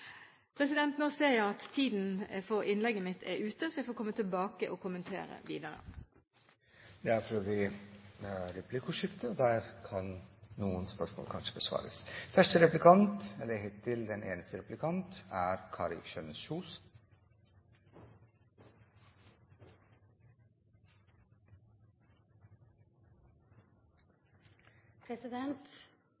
Nå ser jeg at tiden for innlegget mitt er ute, så jeg får komme tilbake og kommentere videre. Det blir for øvrig replikkordskifte, og der kan noen spørsmål kanskje besvares.